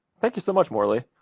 thank you so much, morralee.